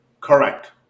Correct